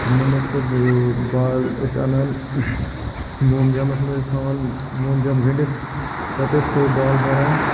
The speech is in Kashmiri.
تِمن ٲسۍ پتہٕ بال ٲسی اَنان موم جامَس منٛز ٲسۍ تھاوان موم جام گنٛڑتھ پَتہٕ ٲسۍ سُے بال بَران